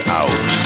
out